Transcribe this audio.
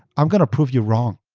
aiam going to prove you wrong.